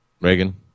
Reagan